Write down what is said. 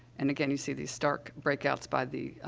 and, again, you see these stark breakouts by the, ah,